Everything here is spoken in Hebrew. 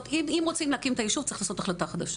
רוצים להקים את הישוב, צריך לעשות החלטה חדשה.